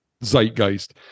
zeitgeist